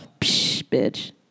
Bitch